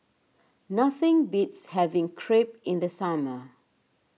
nothing beats having Crepe in the summer